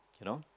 you know